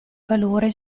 valore